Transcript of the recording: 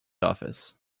office